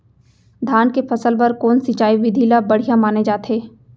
धान के फसल बर कोन सिंचाई विधि ला बढ़िया माने जाथे?